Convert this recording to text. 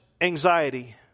anxiety